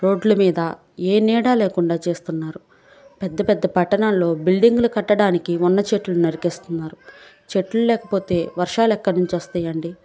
రోడ్లమీద ఏ నీడా లేకుండా చేస్తున్నారు పెద్దపెద్ద పట్టణాల్లో బిల్డింగులు కట్టడానికి ఉన్న చెట్లు నరికేస్తున్నారు చెట్లు లేకపోతే వర్షాలు ఎక్కడనుంచి వస్తాయండి